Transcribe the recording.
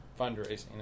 fundraising